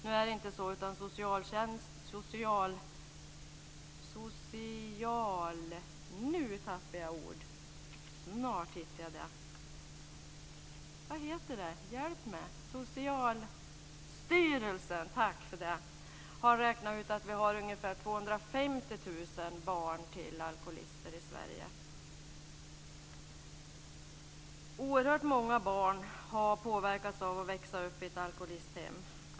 Nu är det inte så, utan Socialstyrelsen har räknat ut att vi har ungefär Oerhört många barn har påverkats av att växa upp i ett alkoholisthem.